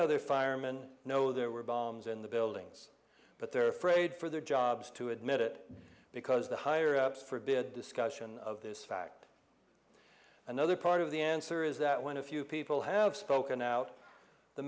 other firemen know there were bombs in the buildings but they're afraid for their jobs to admit it because the higher ups forbid discussion of this fact another part of the answer is that when a few people have spoken out the